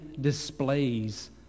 displays